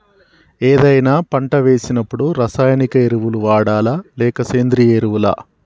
ఏదైనా పంట వేసినప్పుడు రసాయనిక ఎరువులు వాడాలా? లేక సేంద్రీయ ఎరవులా?